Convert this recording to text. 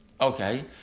Okay